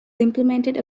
implemented